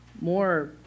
more